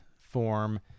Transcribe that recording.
form